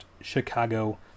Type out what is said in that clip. Chicago